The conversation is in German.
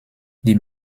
die